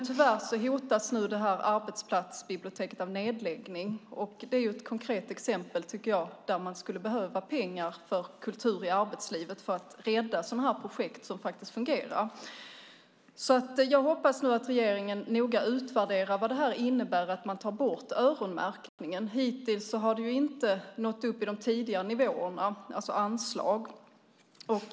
Tyvärr hotas nu detta arbetsplatsbibliotek av nedläggning, och det tycker jag är ett konkret exempel på när man skulle behöva pengar för Kultur i arbetslivet för att rädda sådana här projekt som faktiskt fungerar. Jag hoppas att regeringen noga utvärderar vad det innebär att man tar bort öronmärkningen. Hittills har anslagen inte nått upp till tidigare nivåer.